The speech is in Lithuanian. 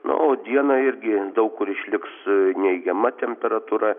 na o dieną irgi daug kur išliks neigiama temperatūra